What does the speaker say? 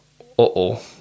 uh-oh